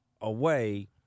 away